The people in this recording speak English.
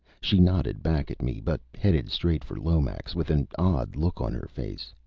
she nodded back at me, but headed straight for lomax, with an odd look on her face.